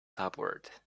subword